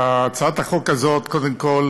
הצעת החוק הזאת קודם כול